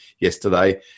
yesterday